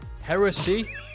Heresy